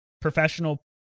professional